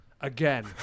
Again